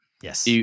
Yes